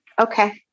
Okay